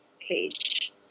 page